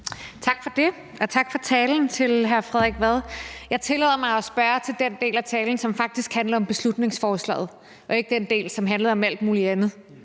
Tak for det, og tak til hr. Frederik Vad for talen. Jeg tillader mig at spørge til den del af talen, som faktisk handler om beslutningsforslaget, og ikke den del, som handler om alt muligt andet,